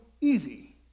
easy